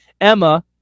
Emma